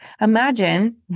Imagine